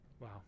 Wow